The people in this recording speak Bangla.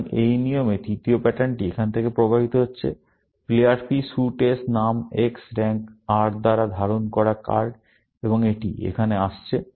সুতরাং এই নিয়মে তৃতীয় প্যাটার্নটি এখান থেকে প্রবাহিত হচ্ছে প্লেয়ার P স্যুট S নাম X র্যাঙ্ক R দ্বারা ধারণ করা কার্ড এবং এটি এখানে আসছে